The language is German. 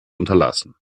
unterlassen